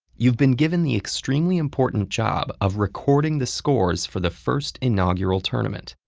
you've been given the extremely important job of recording the scores for the first inaugural tournament.